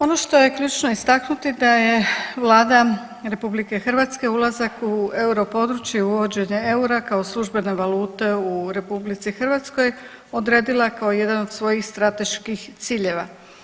Ono što je ključno istaknuti, da je Vlada RH ulazak u europodručje, uvođenje eura kao službene valute u RH odredila kao jedan od svojih strateških ciljeva.